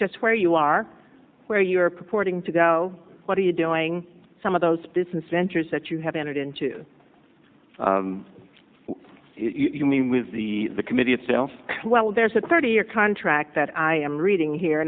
just where you are where you are purporting to go what are you doing some of those business ventures that you have entered into you mean with the committee itself well there's a thirty year contract that i am reading here